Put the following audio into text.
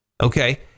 Okay